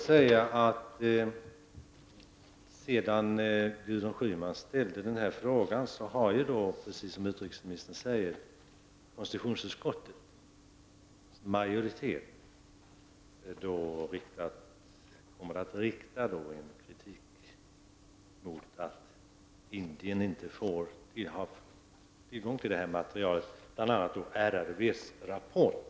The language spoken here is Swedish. Sedan Gudrun Schyman ställde den här frågan har, precis som utrikesministern säger, konstitutionsutskottets majoritet beslutat att rikta kritik mot att Indien inte haft tillgång till detta material, bl.a. RRVs rapport.